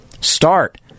start